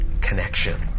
connection